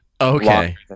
okay